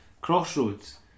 Crossroads